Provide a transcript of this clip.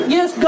Yes